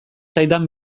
zaidan